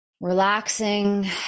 Relaxing